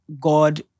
God